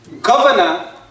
governor